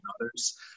others